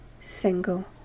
single